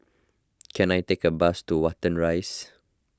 can I take a bus to Watten Rise